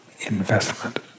investment